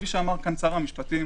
כפי שאמר פה שר המשפטים